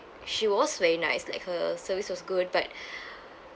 she was very nice like her service was good but